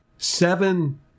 Seven